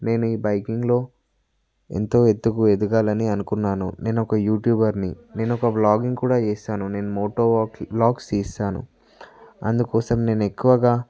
నేను ఈ బైకింగ్లో ఎంతో ఎత్తుకు ఎదగాలని అనుకున్నాను నేను ఒక యూట్యూబర్ని నేనొక వ్లోగింగ్ కూడా చేశాను నేను మోటో వ్లోగ్స్ తీస్తాను అందుకోసం నేను ఎక్కువగా